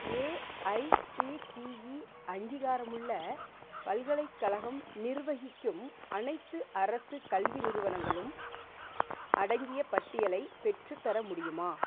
AICTE அங்கீகாரமுள்ள பல்கலைக்கழகம் நிர்வகிக்கும் அனைத்து அரசுக் கல்வி நிறுவனங்களும் அடங்கிய பட்டியலை பெற்றுத்தர முடியுமா